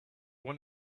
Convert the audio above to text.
want